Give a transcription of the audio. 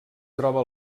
troba